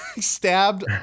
stabbed